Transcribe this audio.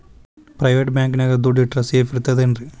Private bank ನ್ಯಾಗ್ ದುಡ್ಡ ಇಟ್ರ ಸೇಫ್ ಇರ್ತದೇನ್ರಿ?